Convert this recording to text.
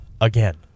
again